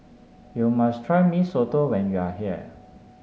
you must try Mee Soto when you are here